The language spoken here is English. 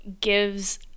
gives